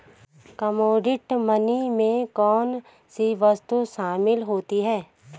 Commodity money में कौन सी वस्तुएं शामिल होती हैं?